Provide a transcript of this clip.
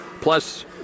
Plus